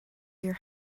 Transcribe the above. your